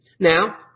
Now